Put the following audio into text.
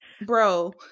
bro